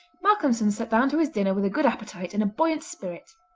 malcolmson sat down to his dinner with a good appetite and a buoyant spirit.